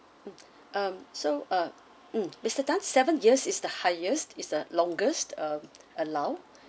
um so uh mm mister tan seven years is the highest is the longest um allowed